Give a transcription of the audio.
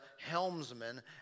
helmsman